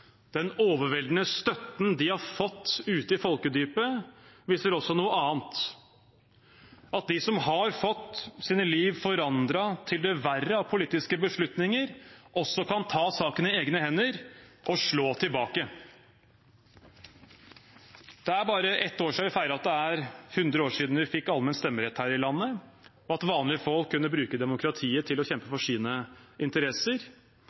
den overveldende støtten de har fått ute i folkedypet, viser også noe annet: at de som har fått sitt liv forandret til det verre av politiske beslutninger, også kan ta saken i egne hender og slå tilbake. Det er bare et år siden vi feiret at det er 100 år siden vi fikk allmenn stemmerett her i landet, og at vanlige folk kunne bruke demokratiet til å kjempe for sine interesser.